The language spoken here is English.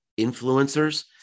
influencers